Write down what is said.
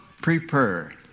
prepare